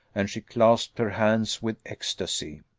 and she clasped her hands with ecstasy.